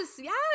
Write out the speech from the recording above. Yes